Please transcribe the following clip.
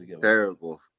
Terrible